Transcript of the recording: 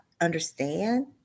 understand